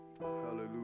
Hallelujah